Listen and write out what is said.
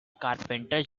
carpenter